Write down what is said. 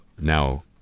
now